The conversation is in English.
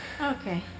Okay